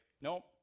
Nope